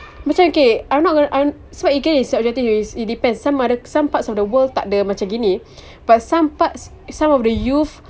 macam okay I'm not gonna I'm not sebab you get it's subjective it depends some ada some parts of the world takde macam gini but some parts some of the world